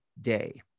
day